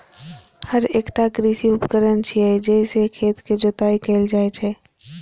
हर एकटा कृषि उपकरण छियै, जइ से खेतक जोताइ कैल जाइ छै